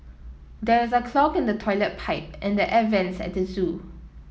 there is a clog in the toilet pipe and the air vents at the zoo